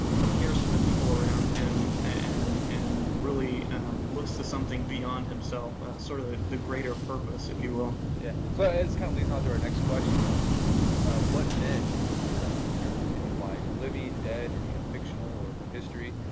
but cares for the people around him, and and really looks to something beyond himself sort of the the greater purpose, if you will yeah. so this kind of leads on to our next question um ah what men and in your life, living, dead, or you know fictional, or from history,